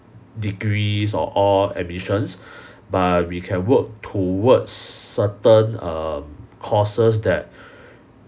degrees or all admissions but we can work towards certain um courses that